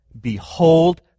behold